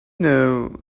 know